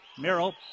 Merrill